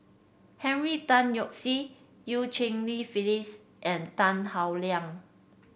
Henry Tan Yoke See Eu Cheng Li Phyllis and Tan Howe Liang